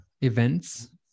events